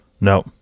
No